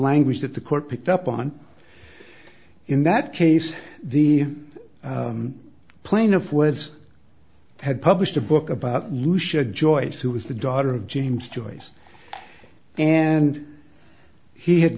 language that the court picked up on in that case the plaintiff was had published a book about lucia joyce who was the daughter of james joyce and he had